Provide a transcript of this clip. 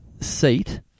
seat